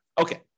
Okay